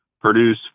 produce